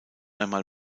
einmal